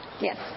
Yes